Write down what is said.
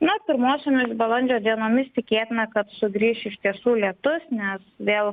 na pirmosiomis balandžio dienomis tikėtina kad sugrįš iš tiesų lietus nes vėl